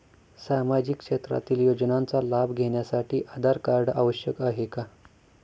सामाजिक क्षेत्रातील योजनांचा लाभ घेण्यासाठी आधार कार्ड आवश्यक आहे का?